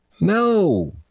no